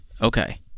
Okay